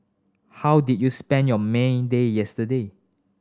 how did you spend your May Day yesterday